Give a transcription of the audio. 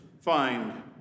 find